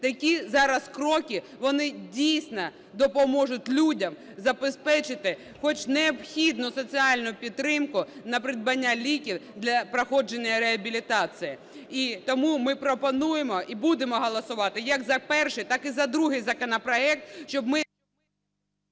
Такі зараз кроки вони, дійсно, допоможуть людям забезпечити хоч необхідну соціальну підтримку на придбання ліків для проходження реабілітації, і тому ми пропонуємо і будемо голосувати як за перший, так і за другий законопроект, щоб ми…